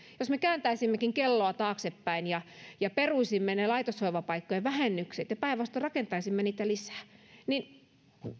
jos me kääntäisimmekin kelloa taaksepäin ja ja peruisimme ne laitoshoivapaikkojen vähennykset ja päinvastoin rakentaisimme niitä lisää niin